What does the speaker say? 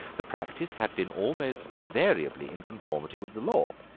the practice had been almost invariably in conformity with the law.